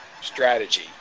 strategy